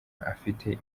afite